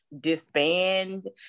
disband